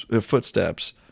footsteps